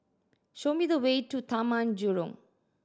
show me the way to Taman Jurong